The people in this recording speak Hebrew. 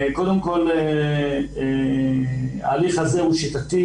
קודם כל, ההליך הזה הוא שיטתי